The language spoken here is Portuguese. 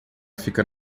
fica